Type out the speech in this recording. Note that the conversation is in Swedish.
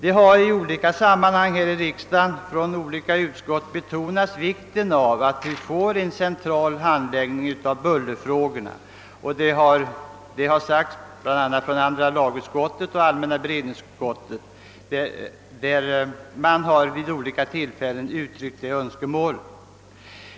I olika sammanhang här i riksdagen har skilda utskott — bl.a. andra lagutskottet och allmänna beredningsutskottet — betonat vikten av att vi får en central handläggning av bullerfrågorna.